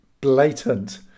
blatant